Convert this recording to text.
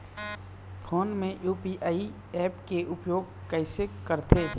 Phone मे UPI app के उपयोग कइसे करथे?